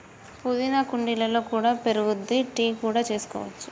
పుదీనా కుండీలలో కూడా పెరుగుద్ది, టీ కూడా చేసుకోవచ్చు